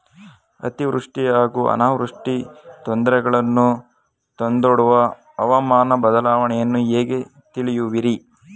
ಅತಿವೃಷ್ಟಿ ಹಾಗೂ ಅನಾವೃಷ್ಟಿ ತೊಂದರೆಗಳನ್ನು ತಂದೊಡ್ಡುವ ಹವಾಮಾನ ಬದಲಾವಣೆಯನ್ನು ಹೇಗೆ ತಿಳಿಯುವಿರಿ?